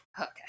Okay